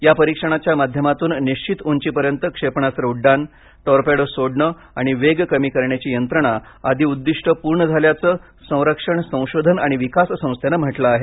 या परीक्षणाच्या माध्यमातून निश्वित उंचीपर्यंत क्षेपणास्त्र उड्डाण टॉरपेडो सोडणे आणि वेग कमी करण्याची यंत्रणा आदी उद्दिष्टे पूर्ण झाल्याचं संरक्षण संशोधन आणि विकास संस्थेनं म्हटलं आहे